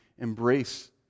embrace